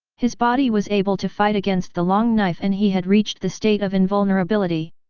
his body was able to fight against the long knife and he had reached the state of invulnerability.